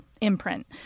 imprint